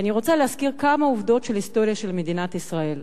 ואני רוצה להזכיר כמה עובדות של ההיסטוריה של מדינת ישראל.